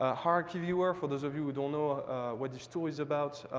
ah heirarchy viewer, for those of you who don't know what this tool is about,